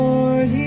Lord